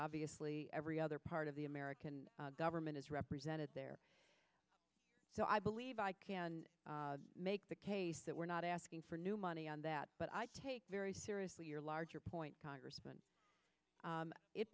obviously every other part of the american government is represented there so i believe i can make the case that we're not asking for new money on that but i take very seriously your larger point congressman